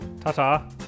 Ta-ta